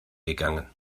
gegangen